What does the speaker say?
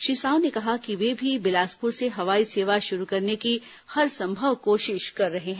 श्री साव ने कहा कि वे भी बिलासपुर से हवाई सेवा शुरू करने की हरसंभव कोशिश कर रहे हैं